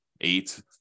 eight